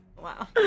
wow